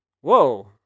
Whoa